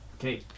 Okay